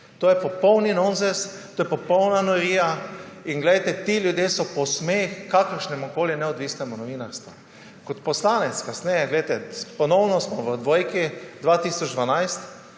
To je popolni nonsens, to je popolna norija. Glejte, ti ljudje so posmeh kakršnemu koli neodvisnemu novinarstvu. Kot poslanec kasneje, glejte, ponovno smo v dvojki, 2012,